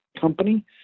company